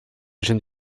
jeune